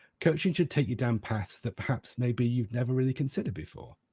coaching should take you down paths that perhaps may be you've never really considered before.